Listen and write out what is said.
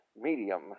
medium